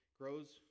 grows